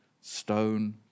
stone